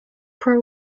pro